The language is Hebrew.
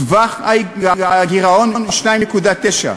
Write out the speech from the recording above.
טווח הגירעון הוא 2.9,